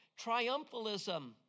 Triumphalism